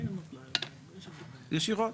ישירות.